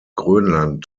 grönland